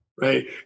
Right